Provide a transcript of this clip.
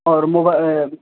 اور موبا